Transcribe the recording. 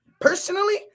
Personally